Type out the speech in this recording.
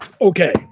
Okay